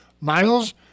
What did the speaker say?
Miles